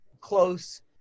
close